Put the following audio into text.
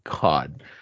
god